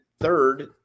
third